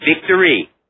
victory